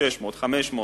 600 או 500,